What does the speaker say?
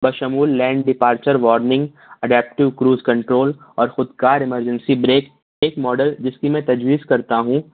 بشمول lane departure warning adaptive cruise control اور خود کار ایمرجنسی بریک اِس ماڈل جس کی میں تجویز کرتا ہوں